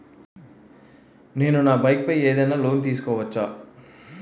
నేను నా బైక్ పై ఏదైనా లోన్ తీసుకోవచ్చా?